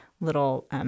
little